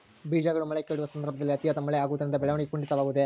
ಬೇಜಗಳು ಮೊಳಕೆಯೊಡೆಯುವ ಸಂದರ್ಭದಲ್ಲಿ ಅತಿಯಾದ ಮಳೆ ಆಗುವುದರಿಂದ ಬೆಳವಣಿಗೆಯು ಕುಂಠಿತವಾಗುವುದೆ?